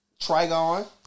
Trigon